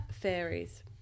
fairies